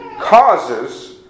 causes